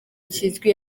kizwi